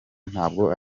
ntabwo